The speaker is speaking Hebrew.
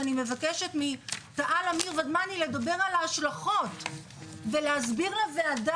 ואני מבקשת מתא"ל אמיר ודמני לדבר על ההשלכות ולהסביר לוועדה